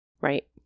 Right